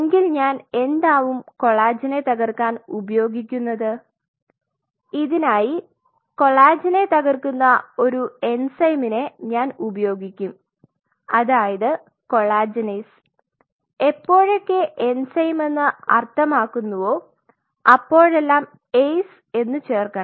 എങ്കിൽ ഞാൻ എന്താവും കൊളാജനെ തകർക്കാൻ ഉപയോഗിക്കുന്നത് ഇതിനായി കൊളാജനെ തകർക്കുന്ന ഒരു എൻസൈമിനെ ഞാൻ ഉപയോഗിക്കും അതായത് കൊളാജനേസ് എപ്പോഴൊക്കെ എൻസൈം എന്ന് അർത്ഥമാക്കുന്നു അപ്പോഴെല്ലാം ase എന്നു ചേർക്കണം